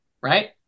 right